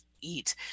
eat